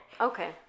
okay